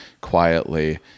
quietly